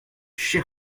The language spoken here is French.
cher